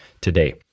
today